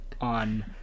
on